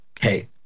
hey